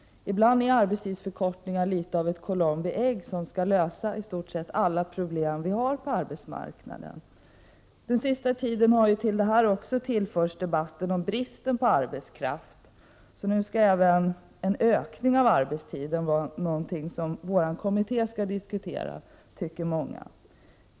Ibland är arbetstidsförkortningar litet av ett Columbi ägg, som skall lösa i stort sett alla problem på arbetsmarknaden. Den senaste tiden har också frågan om bristen på arbetskraft tillförts debatten, så nu skall även en ökning av arbetstiden vara någonting som arbetstidskommittén skall diskutera, tycker många.